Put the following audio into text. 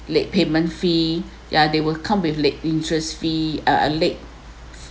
late payment fee yeah they will come with late interest fee uh uh late